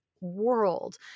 world